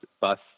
bus